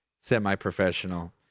semi-professional